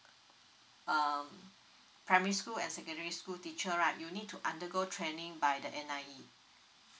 um primary school and secondary school teacher right you need to ask undergo training by the N_I_E